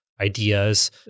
ideas